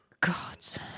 Gods